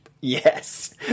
Yes